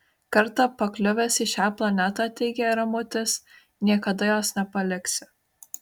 kartą pakliuvęs į šią planetą teigė ramutis niekada jos nepaliksi